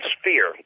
sphere